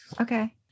Okay